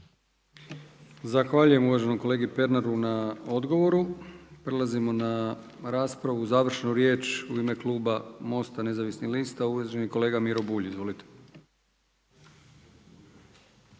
Zahvaljujem uvaženom kolegi Pernaru na odgovoru. Prelazimo na raspravu, završnu riječ u ime kluba MOST-a nezavisnih lista uvaženi kolega Miro Bulj. Izvolite.